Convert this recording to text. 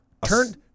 Turn